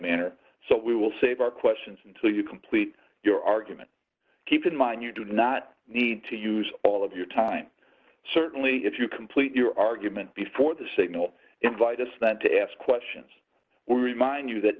manner so we will save our questions until you complete your argument keep in mind you do not need to use all of your time certainly if you complete your argument before the signal invite us not to ask questions we remind you that